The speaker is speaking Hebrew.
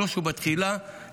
בראש ובתחילה,